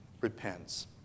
repents